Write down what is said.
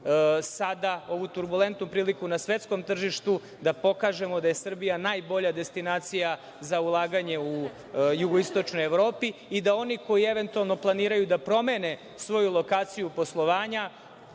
sada, ovu turbulentnu priliku na svetskom tržištu da pokažemo da je Srbija najbolja destinacija za ulaganje u jugoistočnoj Evropi i da oni koji, eventualno, planiraju da promene svoju lokaciju poslovanja